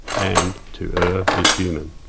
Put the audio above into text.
and to err is human.